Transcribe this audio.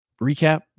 recap